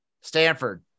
Stanford